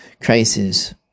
Crisis